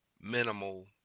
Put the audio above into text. Minimal